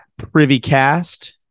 PrivyCast